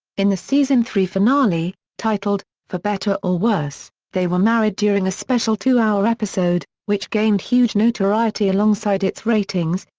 in the season three finale, titled, for better or worse, they were married during a special two-hour episode, which gained huge notoriety alongside its ratings,